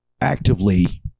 actively